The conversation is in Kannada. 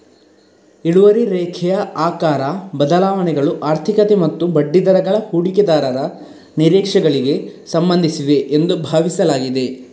ಇಳುವರಿ ರೇಖೆಯ ಆಕಾರ ಬದಲಾವಣೆಗಳು ಆರ್ಥಿಕತೆ ಮತ್ತು ಬಡ್ಡಿದರಗಳ ಹೂಡಿಕೆದಾರರ ನಿರೀಕ್ಷೆಗಳಿಗೆ ಸಂಬಂಧಿಸಿವೆ ಎಂದು ಭಾವಿಸಲಾಗಿದೆ